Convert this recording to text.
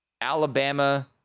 Alabama